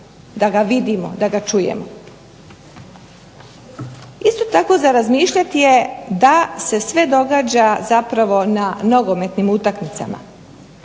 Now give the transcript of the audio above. da ga vidimo, da ga čujemo. Isto tako za razmišljati je da se sve događa zapravo na nogometnim utakmicama,